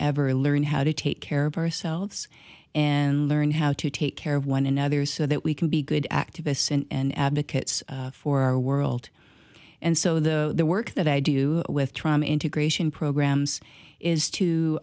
ever learn how to take care of ourselves and learn how to take care of one another so that we can be good activists and advocates for our world and so the work that i do with trauma integration programs is to